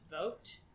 vote